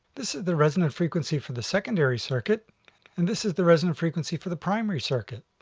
this is the resonant frequency for the secondary circuit and this is the resonant frequency for the primary circuit.